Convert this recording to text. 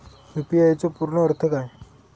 UPI चो पूर्ण अर्थ काय?